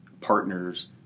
partners